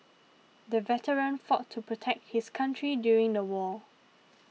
the veteran fought to protect his country during the war